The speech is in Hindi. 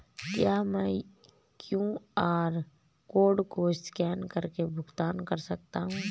क्या मैं क्यू.आर कोड को स्कैन करके भुगतान कर सकता हूं?